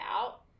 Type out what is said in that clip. out